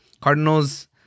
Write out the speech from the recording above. Cardinals